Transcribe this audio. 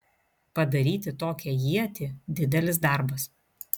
padaryti tokią ietį didelis darbas